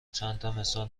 چندتامثال